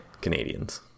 Canadians